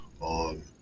on